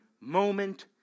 moment